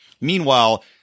Meanwhile